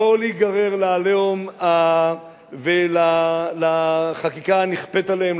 לא להיגרר ל"עליהום" ולחקיקה הנכפית עליהם,